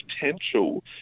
potential